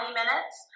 minutes